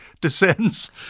descends